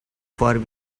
for